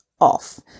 off